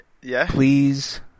please